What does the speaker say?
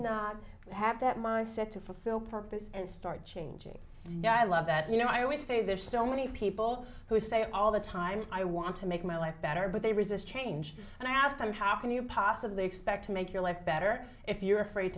not have that mindset to fulfill purpose and start changing yeah i love that you know i always say there's so many people who say all the time i want to make my life better but they resist change and i ask them how can you possibly expect to make your life better if you're afraid